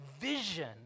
vision